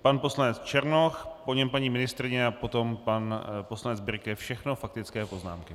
Pan poslanec Černoch, po něm paní ministryně a po ní pan poslanec Birke, všechno faktické poznámky.